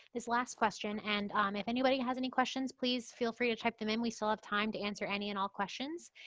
this last question, and um if anybody has any questions, please feel free to check them in, we still have time to answer any and all questions.